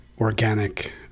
organic